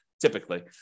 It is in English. typically